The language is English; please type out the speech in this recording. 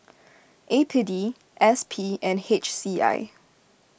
A P D S P and H C I